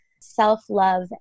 self-love